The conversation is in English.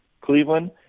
Cleveland